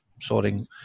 sorting